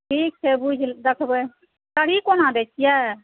ठीक छै बुझि देखबै सरही कोना दै छियै